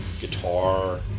guitar